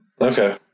okay